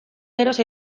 geroz